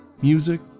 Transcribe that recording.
Music